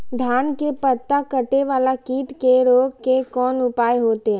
धान के पत्ता कटे वाला कीट के रोक के कोन उपाय होते?